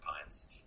Pines